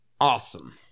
Awesome